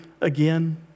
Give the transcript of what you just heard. again